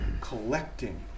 collecting